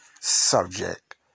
subject